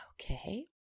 Okay